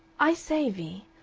i say, vee.